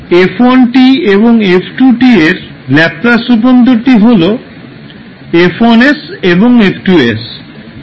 f1 এবং f2 এর Laplace রূপান্তরটি হল F1এবং F2